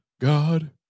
God